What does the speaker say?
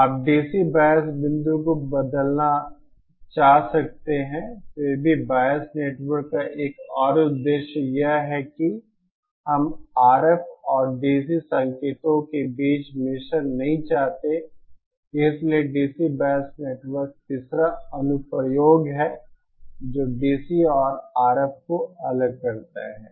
आप DC bias बिंदु को बदलना चाह सकते हैं फिर भी बायस नेटवर्क का एक और उद्देश्य है यह है कि हम RF और DC संकेतों के बीच मिश्रण नहीं चाहते हैं इसलिए डीसी बायस नेटवर्क तीसरा अनुप्रयोग है जो डीसी और आरएफ को अलग करता है